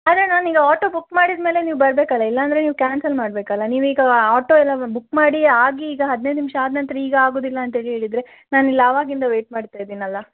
ಆದರೆ ನಾನೀಗ auto book ಮಾಡಿದ ಮೇಲೆ ನೀವು ಬರಬೇಕಲ್ಲ ಇಲ್ಲಾಂದರೆ ನೀವು ಕ್ಯಾನ್ಸಲ್ ಮಾಡಬೇಕಲ್ಲ ನೀವೀಗ ಆಟೋ ಎಲ್ಲ ಬುಕ್ ಮಾಡಿ ಆಗಿ ಈಗ ಹದಿನೈದು ನಿಮಿಷ ಆದ ನಂತರ ಈಗ ಆಗುವುದಿಲ್ಲ ಅಂತ ಹೇಳಿ ಹೇಳಿದರೆ ನಾನಿಲ್ಲಿ ಅವಾಗಿಂದ ವೆಯ್ಟ್ ಮಾಡ್ತಾ ಇದ್ದೀನಲ್ಲ